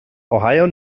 ohio